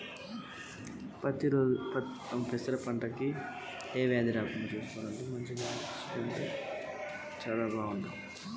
పెరప పంట కు ఏ వ్యాధి రాకుండా ఎలాంటి చర్యలు తీసుకోవాలి?